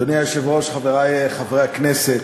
אדוני היושב-ראש, חברי חברי הכנסת,